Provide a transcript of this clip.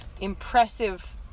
impressive